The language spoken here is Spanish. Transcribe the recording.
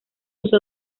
uso